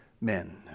men